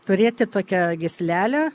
turėti tokią gyslelę